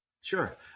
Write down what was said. Sure